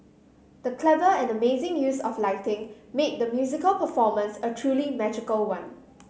the clever and amazing use of lighting made the musical performance a truly magical one